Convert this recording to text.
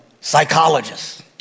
psychologists